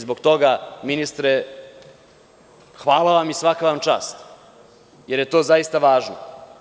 Zbog toga ministre hvala vam i svaka vam čast, jer je to zaista važno.